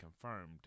confirmed